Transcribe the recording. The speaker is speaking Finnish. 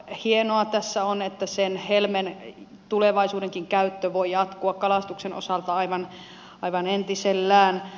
hienoa tässä on että sen helmen tulevaisuudenkin käyttö voi jatkua kalastuksen osalta aivan entisellään